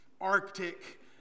arctic